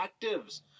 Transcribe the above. Actives